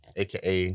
aka